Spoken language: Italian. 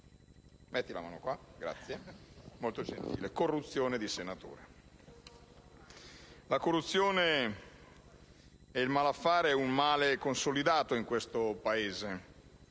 La corruzione ed il malaffare sono mali consolidati in questo Paese.